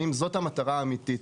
האם זו המטרה האמיתית?